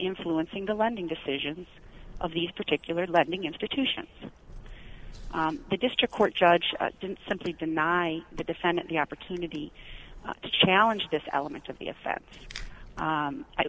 influencing the lending decisions of these particular lending institutions the district court judge didn't simply deny the defendant the opportunity to challenge this element of the offense